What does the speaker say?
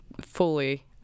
fully